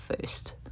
first